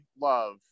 love